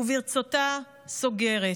וברצותה סוגרת.